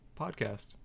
podcast